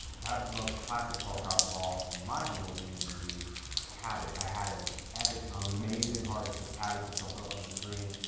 perhaps the most classic fall crop of all, in my humble opinion, would be cabbage. i had an epic amazing harvest of cabbage, which i'll put up on the screen,